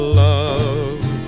love